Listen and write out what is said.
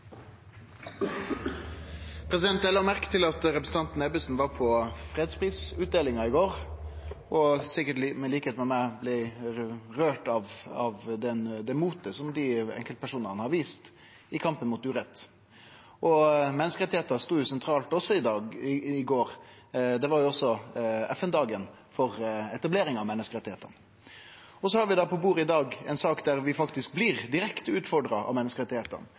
framtiden. Eg la merke til at representanten Ebbesen var på fredsprisutdelinga i går, og i likskap med meg blei ho sikkert rørt av motet som dei enkeltpersonane har vist i kampen mot urett. Menneskerettane stod òg sentralt i går – det var FN-dagen for etablering av menneskerettane. På bordet i dag har vi ei sak der vi faktisk blir direkte utfordra av